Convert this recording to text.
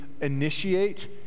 initiate